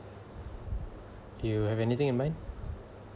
you have anything in mind